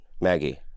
Maggie